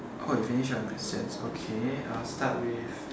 oh you finish your questions okay I'll start with